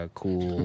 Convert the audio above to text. cool